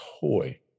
toy